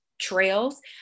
trails